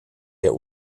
der